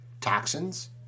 toxins